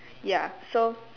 ya so